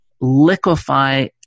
liquefy